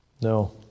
No